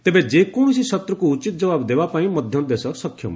ତେବେ ଯେକୌଣସି ଶତ୍ରୁକୁ ଉଚିତ ଜବାବ ଦେବାପାଇଁ ମଧ୍ୟ ଦେଶ ସକ୍ଷମ